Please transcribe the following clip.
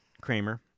Kramer